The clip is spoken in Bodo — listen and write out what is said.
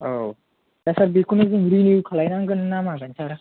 औ दा सार बेखौनो जों रिनिउ खालायनांगोन ना मागोन सार